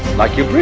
like you breath.